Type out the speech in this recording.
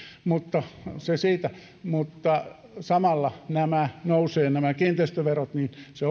mutta se siitä mutta kun samalla nämä kiinteistöverot nousevat niin se